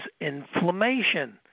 inflammation